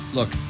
Look